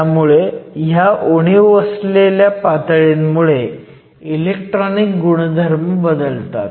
त्यामुळे ह्या उणीव असलेल्या पातळींमुळे इलेक्ट्रॉनिक गुणधर्म बदलतात